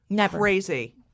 crazy